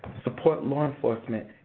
support law enforcement,